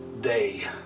day